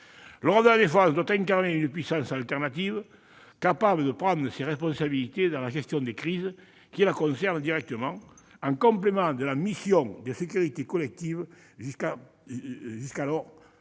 L'Europe de la défense doit incarner une puissance alternative capable de prendre ses responsabilités dans la gestion des crises qui la concernent directement, en complément de la mission de sécurité collective jusqu'alors